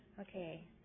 Okay